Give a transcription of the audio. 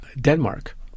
Denmark